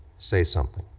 say something.